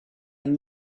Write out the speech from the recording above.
and